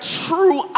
true